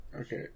Okay